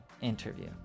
interview